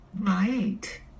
Right